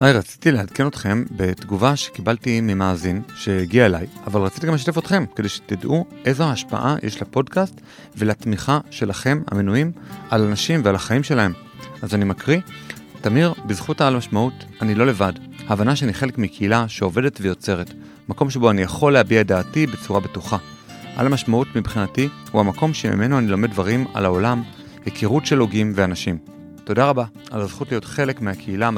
היי, רציתי לעדכן אתכם בתגובה שקיבלתי ממאזין שהגיעה אליי, אבל רציתי גם לשתף אתכם, כדי שתדעו איזו ההשפעה יש לפודקאסט ולתמיכה שלכם המנויים על הנשים ועל החיים שלהם. אז אני מקריא, תמיר, בזכות העל משמעות אני לא לבד. ההבנה שאני חלק מקהילה שעובדת ויוצרת, מקום שבו אני יכול להביע דעתי בצורה בטוחה. העל המשמעות מבחינתי הוא המקום שממנו אני לומד דברים על העולם, הכירות של הוגים ואנשים. תודה רבה על הזכות להיות חלק מהקהילה.